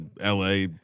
LA